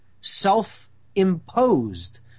self-imposed